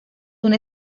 una